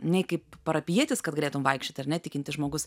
nei kaip parapijietis kad galėtum vaikščioti ar ne tikintis žmogus